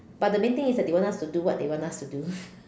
but the main thing is that they want us to do what they want us to do